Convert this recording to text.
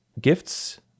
Gifts